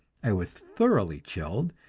i was thoroughly chilled,